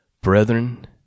Brethren